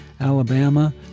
Alabama